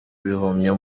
bihumyo